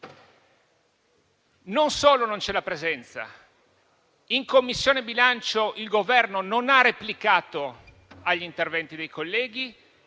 Non solo non c'è la presenza: in Commissione bilancio il Governo non ha replicato agli interventi dei colleghi